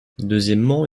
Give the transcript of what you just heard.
deuxièmement